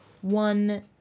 one